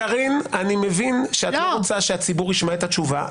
אני מבין שאת רוצה שהציבור ישמע את התשובה.